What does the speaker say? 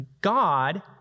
God